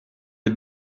des